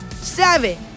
seven